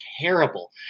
terrible